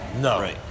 No